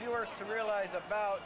viewers to realize about